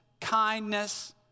kindness